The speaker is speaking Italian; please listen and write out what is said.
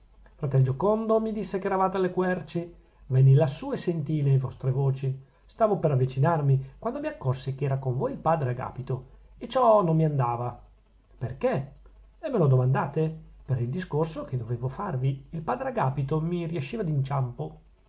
fratel giocondo mi disse che eravate alle querci venni lassù e sentii le vostre voci stavo per avvicinarmi quando mi accorsi che era con voi il padre agapito e ciò non mi andava perchè me lo domandate per il discorso che dovevo farvi il padre agapito mi riesciva d'inciampo